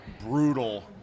brutal